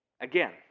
Again